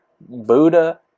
Buddha